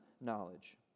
knowledge